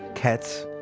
cats,